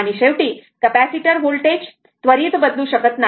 आणि शेवटी capacitor voltage त्वरित बदलू शकत नाही